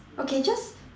okay just